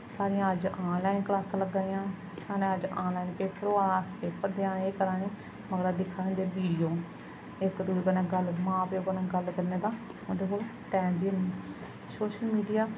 साढ़ियां अज्ज आनलाइन क्लासां लग्गा दियां साढ़ा अज्ज आनलाइन पेपर होआ दा अस पेपर देआ ने एह् करा ने मगरा दिक्खा दे होंदे वीडियो इक दूए कन्नै गल्ल मां प्यो कन्नै गल्ल करने दा उं'दे कोल टैम बी निं सोशल मीडिया